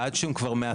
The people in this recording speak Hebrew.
ועד שהם כבר מאתרים.